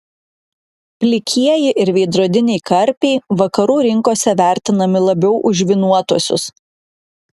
plikieji ir veidrodiniai karpiai vakarų rinkose vertinami labiau už žvynuotuosius